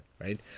right